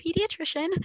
pediatrician